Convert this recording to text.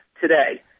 today